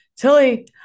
Tilly